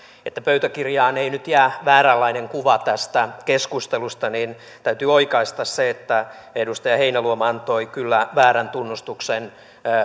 että pöytäkirjaan ei nyt jää vääränlainen kuva tästä keskustelusta niin täytyy oikaista se että edustaja heinäluoma antoi kyllä väärän tunnustuksen